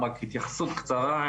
רק התייחסות קצרה,